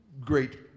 great